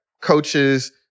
coaches